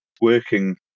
working